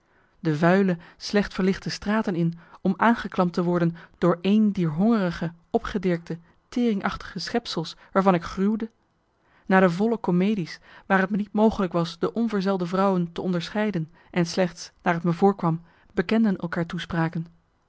de vuile slecht verlichte straten in om aangeklampt te worden door een dier hongerige opgedirkte teringachtige schepsels waarvan ik gruwde naar de volle comedie's waar t me niet mogelijk was de onverzelde vrouwen te onderscheiden en slechts naar t me voorkwam bekenden elkaar toespraken